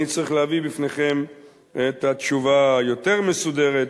אני צריך להביא בפניכם את התשובה היותר מסודרת,